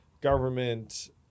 government